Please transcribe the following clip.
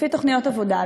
לפי תוכניות עבודה,